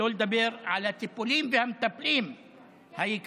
שלא לדבר על הטיפולים והמטפלים היקרים.